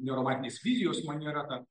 neoromantinės vizijos maniera ta